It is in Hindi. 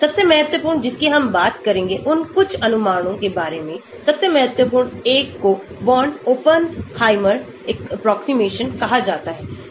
सबसे महत्वपूर्णजिसकी हम बात करेंगे उन कुछ अनुमानों के बारे में सबसे महत्वपूर्ण एक को बोर्न ओपेनहाइमर एप्रोक्सीमेशन कहा जाता है